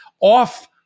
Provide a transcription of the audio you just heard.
off